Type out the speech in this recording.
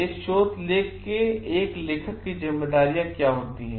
एक शोध लेख के एक लेखक की जिम्मेदारियां क्या हैं